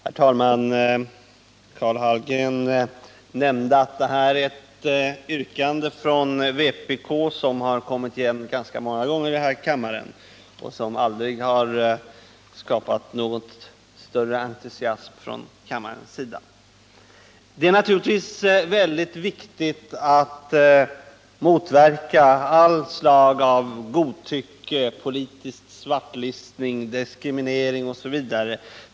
Herr talman! Karl Hallgren nämnde att detta är ett yrkande från vpk och att det kommit igen ganska många gånger här i kammaren men aldrig skapat någon större entusiasm från kammarens sida. Det är naturligtvis väldigt viktigt att motverka alla slag av godtycke, politisk svartlistning, diskriminering etc.